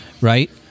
right